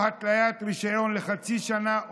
או התליית רישיון לחצי שנה,